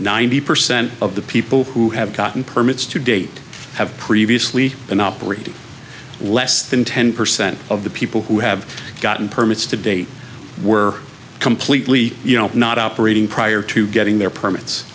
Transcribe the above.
ninety percent of the people who have gotten permits to date have previously been operated less than ten percent of the people who have gotten permits to date were completely you know not operating prior to getting their permits